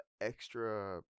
extra